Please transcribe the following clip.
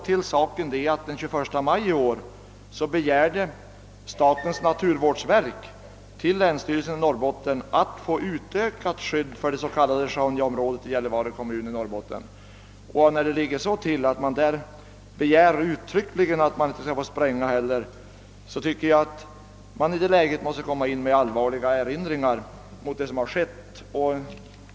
Till saken hör också att statens naturvårdsverk den 31 maj i år hos länsstyrelsen i Norrbotten begärde att få utökat skydd för det s.k. sjaunjaområdet i Gällivare kommun i Norrbotten. När det ligger så till att det uttryckligen begärts att det inte skall tillåtas sprängning, tycker jag att man måste komma med allvarliga erinringar, om det verkligen skett sprängningar.